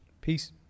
Peace